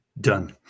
Done